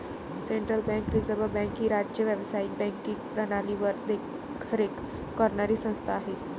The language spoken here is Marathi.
सेंट्रल बँक रिझर्व्ह बँक ही राज्य व्यावसायिक बँकिंग प्रणालीवर देखरेख करणारी संस्था आहे